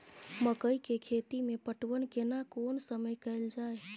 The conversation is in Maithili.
मकई के खेती मे पटवन केना कोन समय कैल जाय?